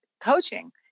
coaching